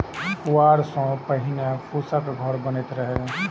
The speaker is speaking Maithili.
पुआर सं पहिने फूसक घर बनैत रहै